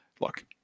Look